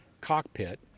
cockpit